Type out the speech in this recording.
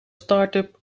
startup